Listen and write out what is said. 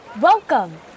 welcome